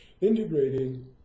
integrating